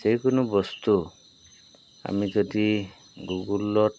যিকোনো বস্তু আমি যদি গুগলত